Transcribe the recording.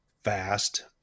fast